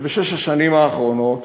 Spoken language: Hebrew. שבשש השנים האחרונות